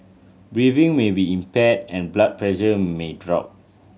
breathing may be impaired and blood pressure may drop